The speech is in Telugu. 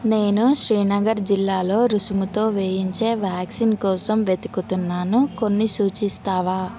నేను శ్రీనగర్ జిల్లాలో రుసుముతో వేయించే వ్యాక్సిన్ కోసం వెతుకుతున్నాను కొన్ని సూచిస్తావా